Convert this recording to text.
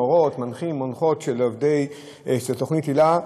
מורות ומורי תוכנית היל"ה,